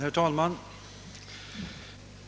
Herr talman!